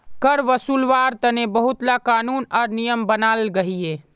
कर वासूल्वार तने बहुत ला क़ानून आर नियम बनाल गहिये